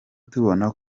tubona